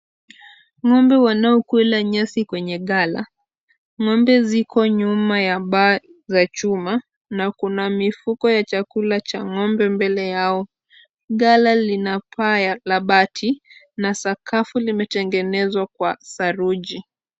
Ng'ombe wanaokula nyasi kwenye ghala, ng'ombe ziko nyuma ya bar za chuma na mifuko ya chakula cha ng'ombe mbele yao, ghala lina paa la bati na sakafu limetengenezwa kwa saruji.